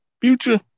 Future